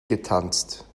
getanzt